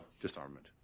disarmament